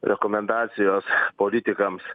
rekomendacijos politikams